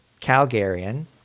Calgarian